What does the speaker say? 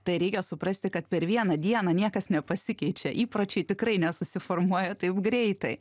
tai reikia suprasti kad per vieną dieną niekas nepasikeičia įpročiai tikrai nesusiformuoja taip greitai